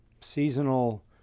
Seasonal